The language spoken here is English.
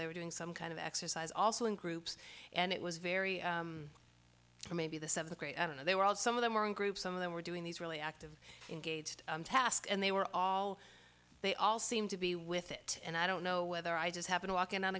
they were doing some kind of exercise also in groups and it was very maybe the seventh grade i don't know they were all some of them were in groups some of them were doing these really active engagement tasks and they were all they all seemed to be with it and i don't know whether i just happen to walk in on